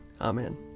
Amen